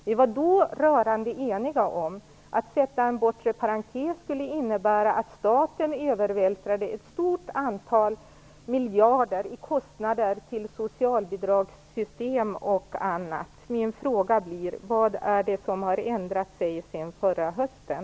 Vi var då rörande eniga om att ett insättande av en bortre parentes skulle innebära att staten övervältrade ett stort antal miljarder i kostnader bl.a. till socialbidragssystemen. Min fråga blir: Vad är det som har ändrats sedan förra hösten?